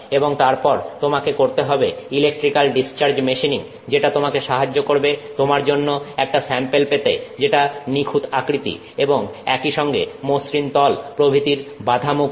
এবং তারপর তোমাকে করতে হবে ইলেকট্রিক্যাল ডিসচার্জ মেশিনিং যেটা তোমাকে সাহায্য করবে তোমার জন্য একটা স্যাম্পেল পেতে যেটা নিখুঁত আকৃতি এবং একই সঙ্গে মসৃণ তল প্রভৃতির বাধা মুক্ত